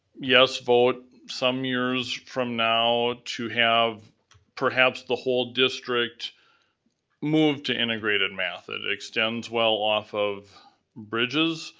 yes vote some years from now to have perhaps the whole district move to integrated math. it extends well off of bridges.